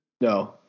No